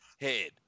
head